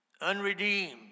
unredeemed